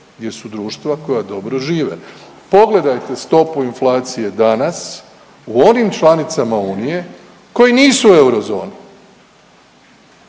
gdje su društva koja dobro žive. Pogledajte stopu inflacije danas u onim članicama unije koji nisu u eurozoni,